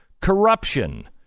Corruption